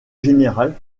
générale